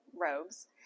robes